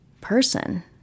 person